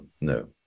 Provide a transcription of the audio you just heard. no